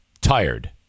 tired